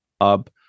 up